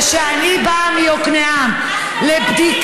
או כשאני באה מיקנעם לבדיקה,